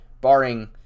barring